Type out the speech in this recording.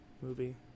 movie